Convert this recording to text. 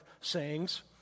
sayings